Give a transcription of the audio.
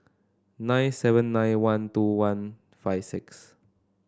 nine seven nine one two one five six